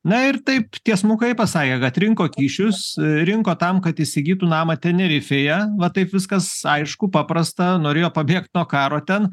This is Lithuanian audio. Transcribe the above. na ir taip tiesmukai pasakė kad rinko kyšius rinko tam kad įsigytų namą tenerifėje va taip viskas aišku paprasta norėjo pabėgt nuo karo ten